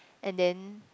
and then